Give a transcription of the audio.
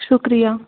शुक्रिया